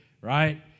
right